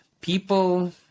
people